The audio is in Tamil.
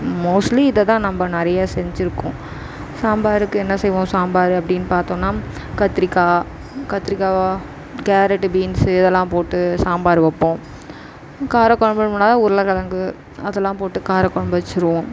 மோஸ்ட்லி இதை தான் நம்ம நிறையா செஞ்சுருக்கோம் சாம்பாருக்கு என்ன செய்வோம் சாம்பார் அப்படின்னு பார்த்தோன்னா கத்திரிக்காய் கத்திரிக்காய் கேரட்டு பீன்ஸு இதெல்லாம் போட்டு சாம்பார் வைப்போம் கார குழம்புன்னு போனால் உருளைக்கெழங்கு அதெல்லாம் போட்டு கார குழம்பு வெச்சிருவோம்